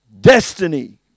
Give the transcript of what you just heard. destiny